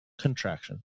contraction